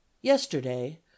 yesterday